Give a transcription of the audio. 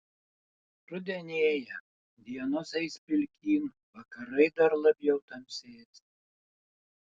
rudenėja dienos eis pilkyn vakarai dar labiau tamsės